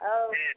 औ